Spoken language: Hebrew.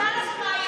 תשאל את מאי,